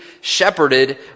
shepherded